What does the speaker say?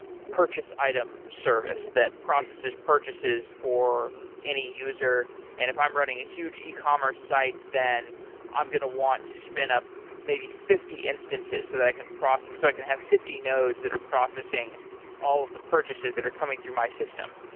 purchase item service that processes purchases for any user and if i'm running a huge ecommerce site then i'm gonna want to spin up maybe, fifty instances so i can process so i can have fifty nodes that are processing all of the purchases that are coming through my system.